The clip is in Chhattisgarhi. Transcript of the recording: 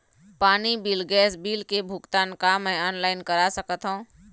पानी बिल गैस बिल के भुगतान का मैं ऑनलाइन करा सकथों?